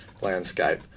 landscape